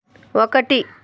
ఒకటి